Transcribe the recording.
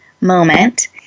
moment